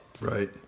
Right